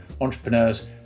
entrepreneurs